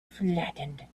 flattened